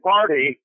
Party